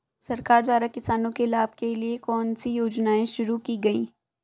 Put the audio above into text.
सरकार द्वारा किसानों के लाभ के लिए कौन सी योजनाएँ शुरू की गईं?